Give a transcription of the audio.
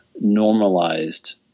normalized